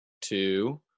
two